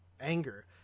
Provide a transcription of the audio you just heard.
anger